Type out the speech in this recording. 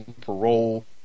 parole